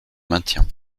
maintiens